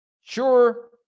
sure